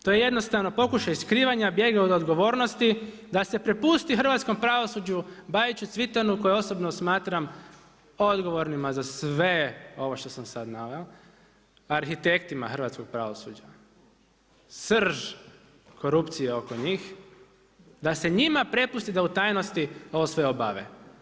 To je jednostavno pokušaj skrivanja bijega od odgovornosti da se prepusti hrvatskom pravosuđu Bajiću, Cvitanu koje osobno smatram odgovornima za sve ovo što sam sad naveo, arhitektima hrvatskog pravosuđa, srž korupcije oko njih, da se njima prepusti da u tajnosti ovo sve obave.